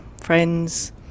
friends